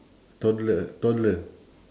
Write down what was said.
toddler toddler